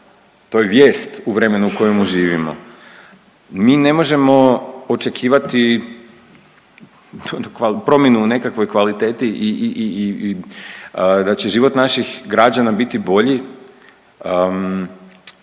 to je vijest u vremenu u kojemu živimo. Mi ne možemo očekivati promjenu u nekakvoj kvaliteti i, i, i, i da će život naših građana biti bolji